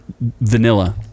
vanilla